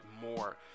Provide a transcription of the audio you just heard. more